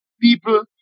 people